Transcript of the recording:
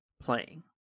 playing